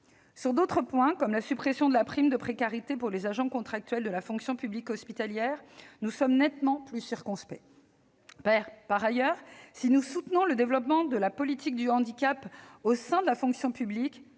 Sur d'autres points, comme la suppression de la prime de précarité pour les agents contractuels de la fonction publique hospitalière, nous sommes nettement plus circonspects. Cela dit, si nous soutenons le développement de la politique du handicap au sein de la fonction publique